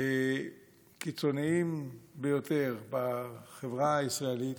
שהקיצוניים ביותר בחברה הישראלית,